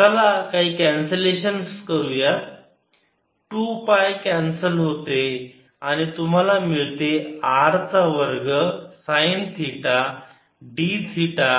चला काही कॅन्सलेशन करूया 2 पाय कॅन्सल होते आणि तुम्हाला मिळते R चा वर्ग साईन थिटा d थिटा